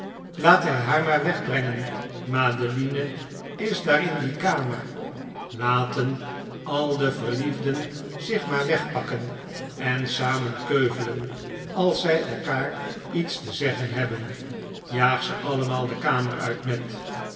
hij haar maar wegbrengen madenikolaas nickleby line is daar in die kamer laten al de verliefden zich maar wegpakken en samen keuvelen als zij elkaar iets te zeggen hebben jaag ze allemaal de kamer uit ned